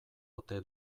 ote